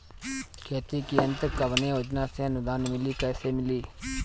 खेती के यंत्र कवने योजना से अनुदान मिली कैसे मिली?